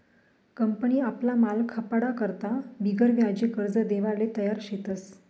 company आपला माल खपाडा करता बिगरव्याजी कर्ज देवाले तयार शेतस